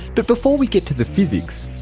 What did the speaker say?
but before we get to the physics,